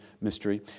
mystery